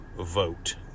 vote